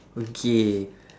okay